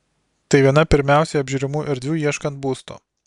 tai viena pirmiausiai apžiūrimų erdvių ieškant būsto